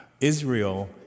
israel